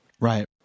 Right